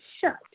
shut